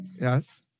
Yes